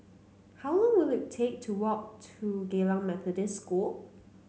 how long will it take to walk to Geylang Methodist School